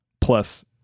plus